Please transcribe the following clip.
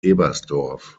ebersdorf